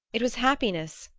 it was happiness!